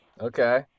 okay